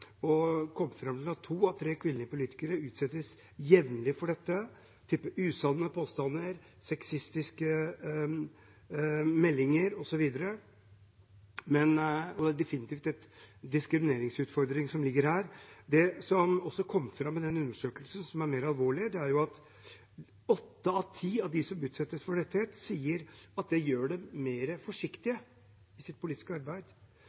at to av tre kvinnelige politikere jevnlig blir utsatt for dette – type usanne påstander, sexistiske meldinger osv. Det ligger definitivt en diskrimineringsutfordring her. Det som også kom fram i den undersøkelsen, og som er mer alvorlig, er at åtte av ti av de som utsettes for dette, sier at det gjør dem mer forsiktige i deres politiske arbeid,